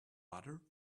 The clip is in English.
butter